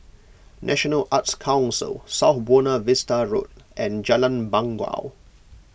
National Arts Council South Buona Vista Road and Jalan Bangau